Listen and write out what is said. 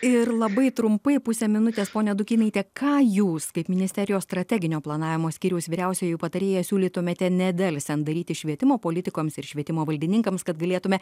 ir labai trumpai pusę minutės ponia dukynaite ką jūs kaip ministerijos strateginio planavimo skyriaus vyriausioji patarėja siūlytumėte nedelsiant daryti švietimo politikams ir švietimo valdininkams kad galėtume